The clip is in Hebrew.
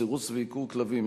סירוס ועיקור כלבים),